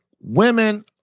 women